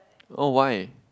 oh why